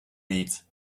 víc